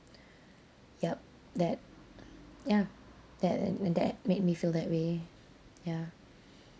ya that ya that and that made me feel that way ya